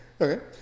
Okay